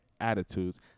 attitudes